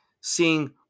seeing